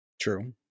true